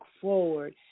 forward